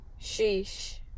sheesh